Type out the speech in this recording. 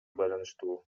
байланыштуу